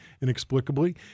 inexplicably